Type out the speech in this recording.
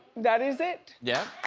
that is it. yeah.